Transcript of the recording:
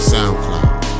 SoundCloud